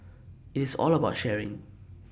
it's all about sharing